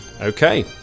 Okay